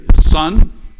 son